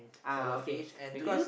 uh okay because